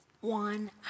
One